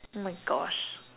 oh my gosh